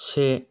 से